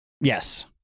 Yes